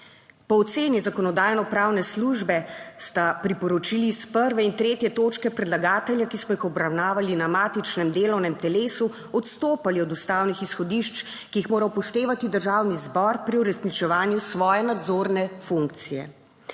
Po oceni Zakonodajno-pravne službe sta priporočili iz prve in tretje točke predlagatelja, ki smo jih obravnavali na matičnem delovnem telesu, odstopali od ustavnih izhodišč, ki jih mora upoštevati Državni zbor pri uresničevanju svoje nadzorne funkcije.